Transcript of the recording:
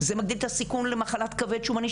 זה מגדיל את הסיכון למחלת כבד שומני,